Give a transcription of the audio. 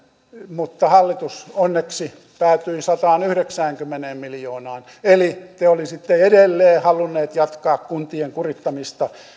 mutta hallitus onneksi päätyi sataanyhdeksäänkymmeneen miljoonaan eli te olisitte edelleen halunneet jatkaa kuntien kurittamista